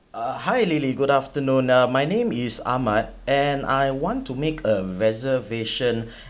uh hi lily good afternoon uh my name is Ahmad and I want to make a reservation